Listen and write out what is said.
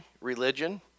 religion